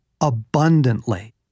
abundantly